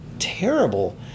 terrible